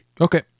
Okay